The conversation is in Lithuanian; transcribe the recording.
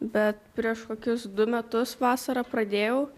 bet prieš kokius du metus vasarą pradėjau